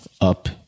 up